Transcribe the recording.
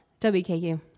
WKU